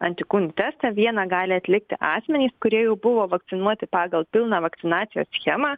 antikūnių testą vieną gali atlikti asmenys kurie jau buvo vakcinuoti pagal pilną vakcinacijos schemą